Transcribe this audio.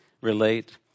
relate